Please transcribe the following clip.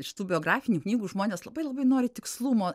iš tų biografinių knygų žmonės labai labai nori tikslumo